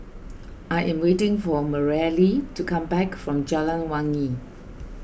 I am waiting for Mareli to come back from Jalan Wangi